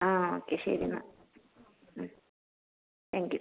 ആ ഓക്കേ ശരിന്നാൽ thank you